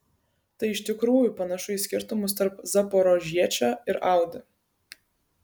tai iš tikrųjų panašu į skirtumus tarp zaporožiečio ir audi